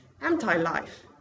anti-life